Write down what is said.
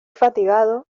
fatigado